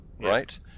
right